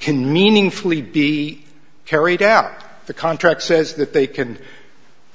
can meaningfully be carried out the contract says that they can